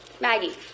Maggie